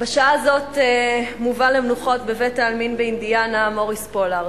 בשעה הזאת מובא למנוחות בבית-העלמין באינדיאנה מוריס פולארד,